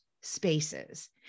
spaces